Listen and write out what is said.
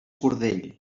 cordell